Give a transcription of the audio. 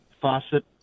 faucet